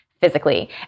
physically